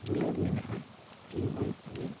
ᱫᱩᱞᱟᱹᱲ ᱢᱮᱱᱟᱜᱼᱟ ᱤᱧ ᱚᱱᱠᱟᱜᱮ